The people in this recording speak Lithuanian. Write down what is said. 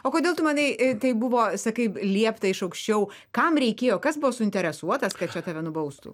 o kodėl tu manai tai buvo sakai liepta iš aukščiau kam reikėjo kas buvo suinteresuotas kad čia tave nubaustų